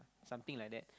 something like that